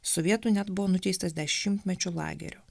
sovietų net buvo nuteistas dešimtmečiu lagerio